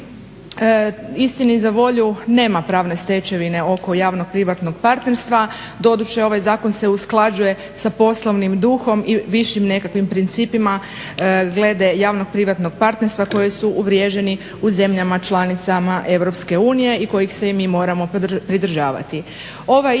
istini za volju nema pravne stečevine oko javno-privatnog partnerstva. Doduše ovaj zakon se usklađuje sa poslovnim duhom i višim nekakvim principima glede javno-privatnog partnerstva koji su uvriježeni u zemljama članicama EU i kojih se i mi moramo pridržavati.